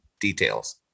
details